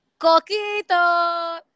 coquito